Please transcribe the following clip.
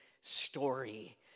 story